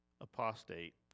apostate